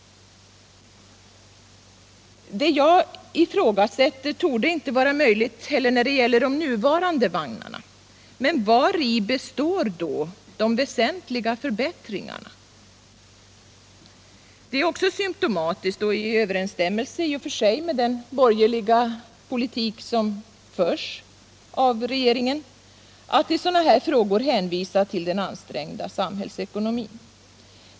Det som jag ifrågasätter torde inte vara möjligt när det gäller de nuvarande vagnarna, men vari består då de väsentliga förbättringarna? Det är också symtomatiskt och i och för sig i överensstämmelse med den borgerliga politik som förs av regeringen att i sådana här frågor hänvisa till den ansträngda samhällsekonomin.